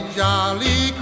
jolly